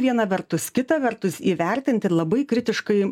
viena vertus kita vertus įvertint ir labai kritiškai